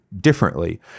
differently